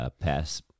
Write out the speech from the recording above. pass